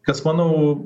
kas manau